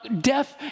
death